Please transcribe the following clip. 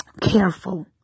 careful